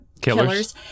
Killers